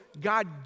God